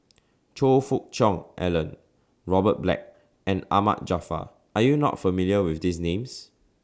Choe Fook Cheong Alan Robert Black and Ahmad Jaafar Are YOU not familiar with These Names